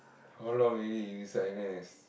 how long already you inside N_S